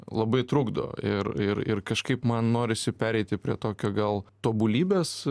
labai trukdo ir ir ir kažkaip man norisi pereiti prie tokio gal tobulybės